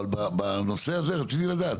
אבל בנושא הזה רציתי לדעת,